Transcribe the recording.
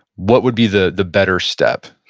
what would be the the better step?